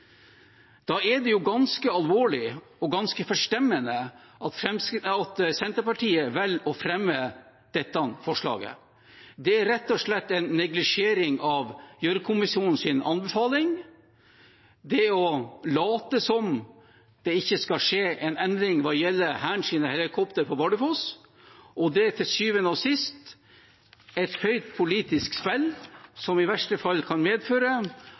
Da er det ganske alvorlig og ganske forstemmende at Senterpartiet velger å fremme dette forslaget. Det er rett og slett en neglisjering av Gjørv-kommisjonens anbefaling å late som om det ikke skal skje en endring hva gjelder Hærens helikoptre på Bardufoss, og det er til syvende og sist et høyt politisk spill som i verste fall kan medføre